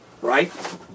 right